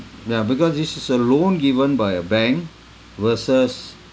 ya because this is a loan given by a bank versus